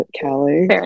Callie